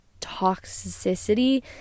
toxicity